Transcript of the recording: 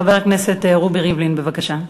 חבר הכנסת רובי ריבלין, בבקשה.